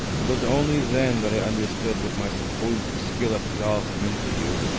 it was only then that i understood what my supposed skill at golf meant to you,